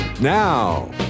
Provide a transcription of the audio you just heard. Now